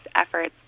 efforts